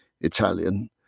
Italian